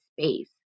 space